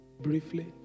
briefly